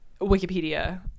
Wikipedia